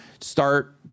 start